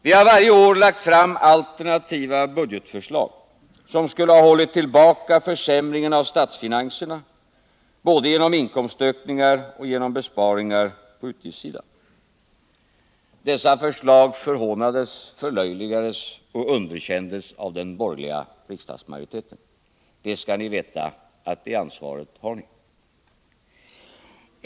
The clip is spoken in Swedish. Vi har varje år lagt fram alternativa budgetförslag, som skulle ha hållit tillbaka försämringen av statsfinanserna, både genom inkomstökningar och genom besparingar på utgiftssidan. Dessa förslag förhånades, förlöjligades och underkändes av den borgerliga riksdagsmajoriteten. Det skall ni veta, att det ansvaret har ni.